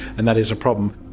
and that is a problem.